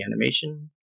animation